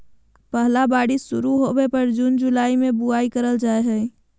पहला बारिश शुरू होबय पर जून जुलाई में बुआई करल जाय हइ